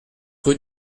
rue